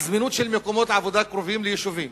על זמינות של מקומות עבודה קרובים ליישובים.